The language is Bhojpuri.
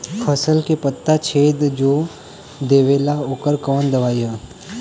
फसल के पत्ता छेद जो देवेला ओकर कवन दवाई ह?